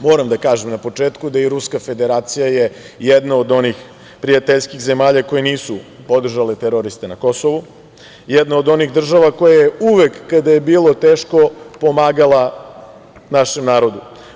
Moram da kažem na početku da je i Ruska Federacija jedna od onih prijateljskih zemalja koje nisu podržale teroriste na Kosovu, jedna od onih država koja je uvek, kada je bilo teško pomagala našem narodu.